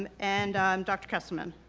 and and um dr. kesselman?